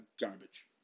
Garbage